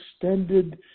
extended